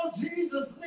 Jesus